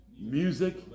music